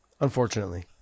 unfortunately